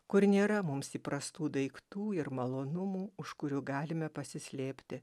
kur nėra mums įprastų daiktų ir malonumų už kurių galime pasislėpti